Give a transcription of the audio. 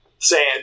sand